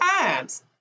times